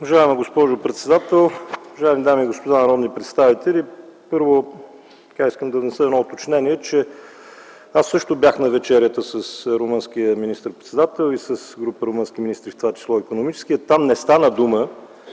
Уважаема госпожо председател, уважаеми дами и господа народни представители! Първо искам да внеса уточнение, че аз също бях на вечерята с румънския министър-председател и с група румънски министри, в това число и икономическия. Там не стана дума,